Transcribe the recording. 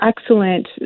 excellent